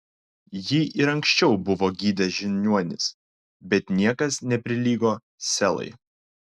jį ir anksčiau buvo gydę žiniuonys bet niekas neprilygo selai